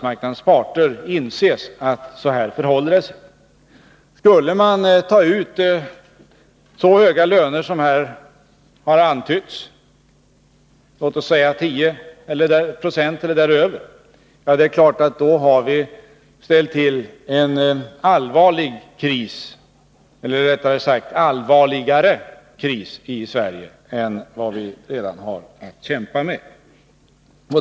Skulle resultatet av förhandlingarna, som det har antytts, bli löneökningar på 10 20 eller därutöver, då har vi skapat en allvarligare kris än den vi redan har att kämpa med.